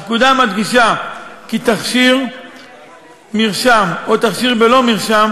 הפקודה מדגישה כי תכשיר מרשם או תכשיר בלא מרשם